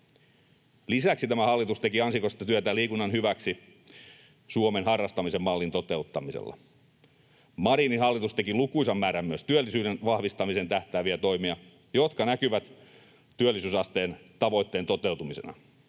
Lisäksi tämä hallitus teki ansiokasta työtä liikunnan hyväksi Suomen harrastamisen mallin toteuttamisella. Marinin hallitus teki lukuisan määrän myös työllisyyden vahvistamiseen tähtääviä toimia, jotka näkyvät työllisyysasteen tavoitteen toteutumisena,